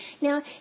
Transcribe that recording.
now